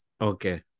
Okay